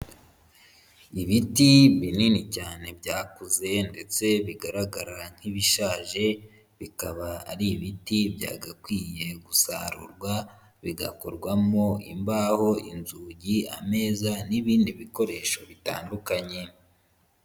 Ibiti binini cyane byakuze ndetse bigaragara nk'ibishaje, bikaba ari ibiti byagakwiye gusarurwa bigakorwamo imbaho, inzugi, ameza n'ibindi bikoresho bitandukanye.